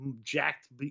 jacked